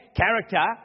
character